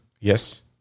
Yes